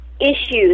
issues